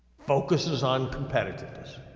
focuses on competitiveness,